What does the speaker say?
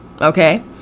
Okay